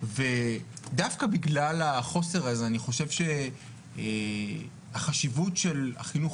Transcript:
ודווקא בגלל החוסר הזה החשיבות של החינוך